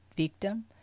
Victim